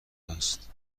است